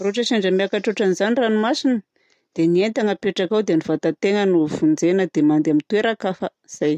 Raha ohatra sendra miakatra ohatran'izany ny ranomasina dia ny entana hapetraka eo dia ny vata-tegna no vonjena dia mandeha amin'ny toeran-kafa. Zay!